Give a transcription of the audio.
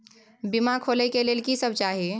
बीमा खोले के लेल की सब चाही?